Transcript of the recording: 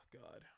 God